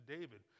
David